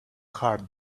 hard